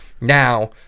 now